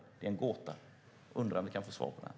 Det är en gåta. Jag undrar om vi kan få svar på den.